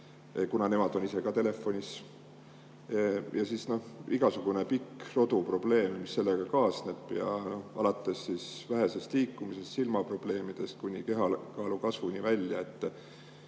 kuna nemad on ise ka telefonis. Ja pikk rodu probleeme, mis sellega kaasnevad, alates vähesest liikumisest, silmaprobleemidest kuni kehakaalu kasvuni välja.